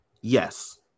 Yes